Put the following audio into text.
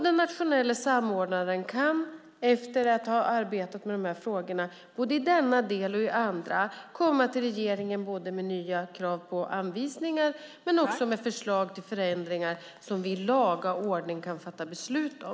Den nationella samordnaren kan efter att ha arbetat med de här frågorna, både i denna del och i andra, komma till regeringen med nya krav på anvisningar men också med förslag till förändringar som vi i laga ordning kan fatta beslut om.